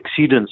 exceedance